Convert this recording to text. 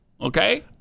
okay